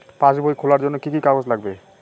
পাসবই খোলার জন্য কি কি কাগজ লাগবে?